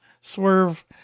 swerve